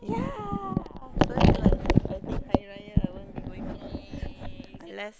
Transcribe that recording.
yeah so it's like I think Hari-Raya I won't be going unless